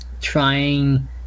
trying